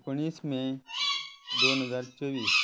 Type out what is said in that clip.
एकोणीस मे दोन हजार चोवीस